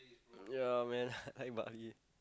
um yeah man I went Bali